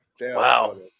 Wow